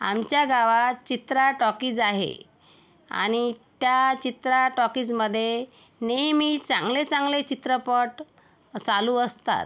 आमच्या गावात चित्रा टॉकीज आहे आणि त्या चित्रा टॉकीजमधे नेहमी चांगले चांगले चित्रपट चालू असतात